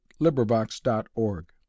LibriVox.org